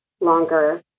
longer